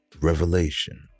Revelation